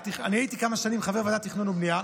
אני הייתי כמה שנים חבר בוועדת תכנון ובנייה.